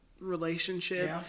Relationship